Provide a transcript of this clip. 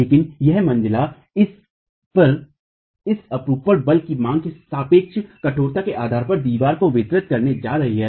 लेकिन एक मंजिला पर इस अपरूपण बल की मांग उनके सापेक्ष कठोरता के आधार पर दीवारों को वितरित करने जा रही है